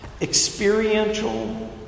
experiential